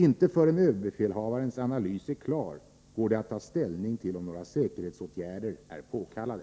Inte förrän överbefälhavarens analys är klar, går det att ta ställning till om några säkerhetsåtgärder är påkallade.